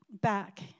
back